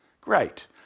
Great